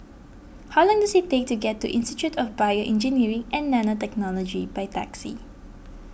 how long does it take to get to Institute of BioEngineering and Nanotechnology by taxi